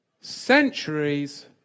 centuries